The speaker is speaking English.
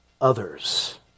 others